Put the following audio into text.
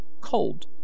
cold